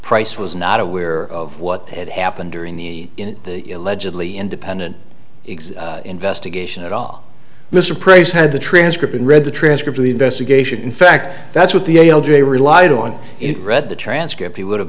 price was not aware of what had happened during the illegibly independent exe investigation at all mr price had the transcript and read the transcript of the investigation in fact that's what the a l j relied on in read the transcript he would have